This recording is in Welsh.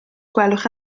gwelwch